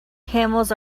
camels